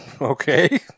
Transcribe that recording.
Okay